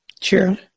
True